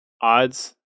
odds